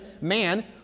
Man